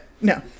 no